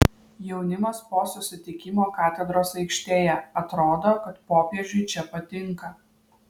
jaunimas po susitikimo katedros aikštėje atrodo kad popiežiui čia patinka